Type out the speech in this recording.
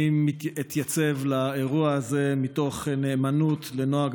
אני אתייצב לאירוע הזה מתוך נאמנות לנוהג